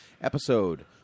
episode